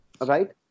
right